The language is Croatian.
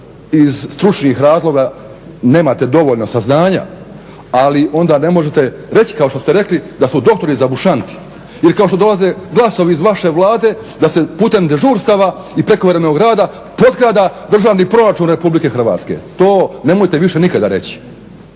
iz stručnih razloga nemate dovoljno saznanja ali onda ne možete reć kao što ste rekli da su doktori zabušanti, jer kao što dolaze glasovi iz vaše Vlade da se putem dežurstava i prekovremenog rada potkrada Državni proračun RH. To nemojte više nikada reći,